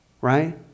right